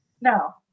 No